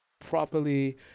properly